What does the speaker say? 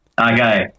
Okay